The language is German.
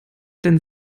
denn